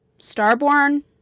starborn